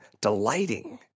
delighting